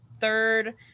third